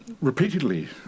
repeatedly